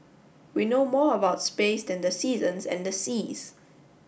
we know more about space than the seasons and the seas